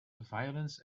violins